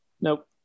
Nope